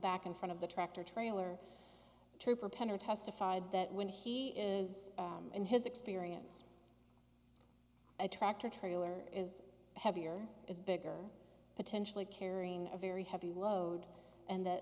back in front of the tractor trailer trooper pender testified that when he is in his experience a tractor trailer is heavier is bigger potentially carrying a very heavy load and